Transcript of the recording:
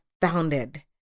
founded